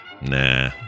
Nah